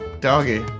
Doggy